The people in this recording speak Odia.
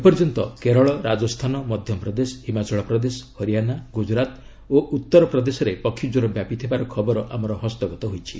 ଏପର୍ଯ୍ୟନ୍ତ କେରଳ ରାଜସ୍ଥାନ ମଧ୍ୟପ୍ରଦେଶ ହିମାଚଳପ୍ରଦେଶ ହରିୟାଣା ଗୁକୁରାଟ ଓ ଉତ୍ତରପ୍ରଦେଶରେ ପକ୍ଷୀ କ୍ୱର ବ୍ୟାପିଥିବାର ଖବର ଆମର ହସ୍ତଗତ ହୋଇଛି